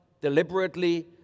deliberately